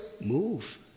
move